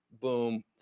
boom